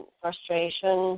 frustration